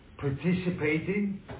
participating